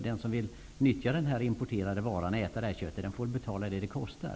Den som vill nyttja den importerade varan, i det här fallet äta köttet, får betala vad det kostar.